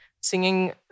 singing